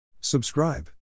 Subscribe